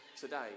today